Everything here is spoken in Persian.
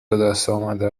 بهدستآمده